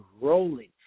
rolling